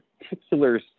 particular